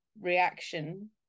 reaction